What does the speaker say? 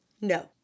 No